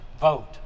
vote